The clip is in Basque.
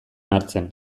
hartzen